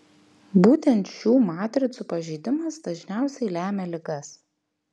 būtent šių matricų pažeidimas dažniausiai lemia ligas